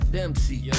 Dempsey